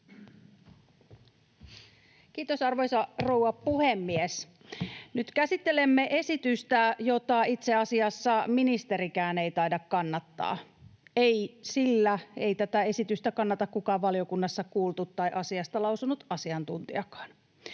Kiitos, arvoisa rouva puhemies! Nyt käsittelemme esitystä, jota itse asiassa ministerikään ei taida kannattaa — ei sillä, ei tätä esitystä kannata kukaan valiokunnassa kuultu tai asiasta lausunut asiantuntijakaan.